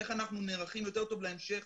איך אנחנו נערכים יותר טוב להמשך,